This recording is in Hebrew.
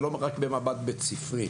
ולא רק במבט בית ספרי.